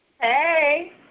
Hey